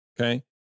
Okay